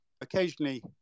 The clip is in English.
occasionally